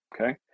okay